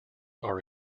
are